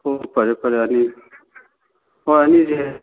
ꯍꯣ ꯐꯔꯦ ꯐꯔꯦ ꯑꯅꯤ ꯑꯥ ꯑꯅꯤꯁꯦ